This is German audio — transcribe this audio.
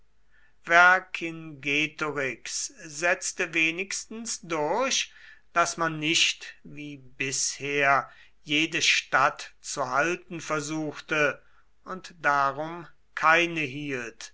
vercingetorix setzte wenigstens durch daß man nicht wie bisher jede stadt zu halten versuchte und darum keine hielt